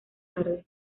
tarde